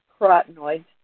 carotenoids